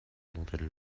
dentelle